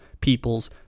people's